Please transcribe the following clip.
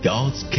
God's